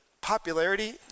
popularity